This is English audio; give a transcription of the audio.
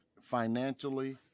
financially